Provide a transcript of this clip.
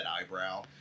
eyebrow